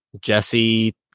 Jesse